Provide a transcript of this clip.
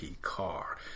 car